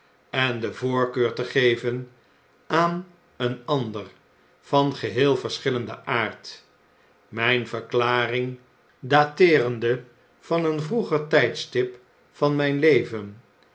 en de voorkeur te geven aan een ander van geheel versehillenden aard myn verklaring dateerende van een vroeger tydstip van myn leven